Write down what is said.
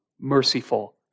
merciful